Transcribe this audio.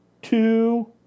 Two